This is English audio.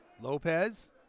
Lopez